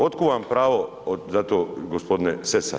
Otkud vam pravo za to gospodine Sessa?